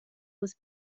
was